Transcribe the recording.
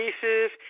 cases